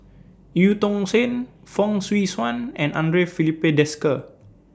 EU Tong Sen Fong Swee Suan and Andre Filipe Desker